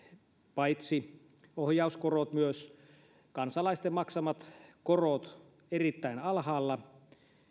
paitsi ohjauskorot myös kansalaisten maksamat korot erittäin alhaalla